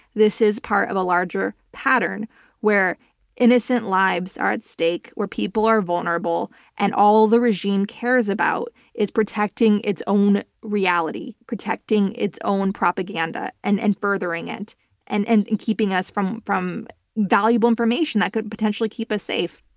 this is part of a larger pattern where innocent lives are at stake, where people are vulnerable and all the regime cares about is protecting its own reality. protecting its own propaganda and and furthering it and and and keeping us from from valuable information that could potentially keep us safe.